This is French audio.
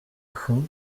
font